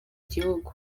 gihugu